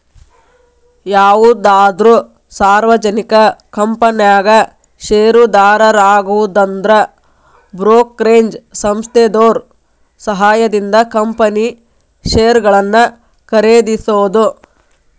ಯಾವುದಾದ್ರು ಸಾರ್ವಜನಿಕ ಕಂಪನ್ಯಾಗ ಷೇರುದಾರರಾಗುದಂದ್ರ ಬ್ರೋಕರೇಜ್ ಸಂಸ್ಥೆದೋರ್ ಸಹಾಯದಿಂದ ಕಂಪನಿ ಷೇರುಗಳನ್ನ ಖರೇದಿಸೋದು